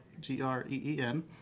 G-R-E-E-N